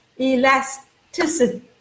Elasticity